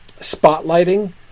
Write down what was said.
spotlighting